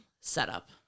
setup